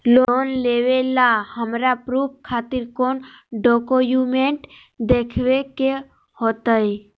Loan लेबे ला हमरा प्रूफ खातिर कौन डॉक्यूमेंट देखबे के होतई?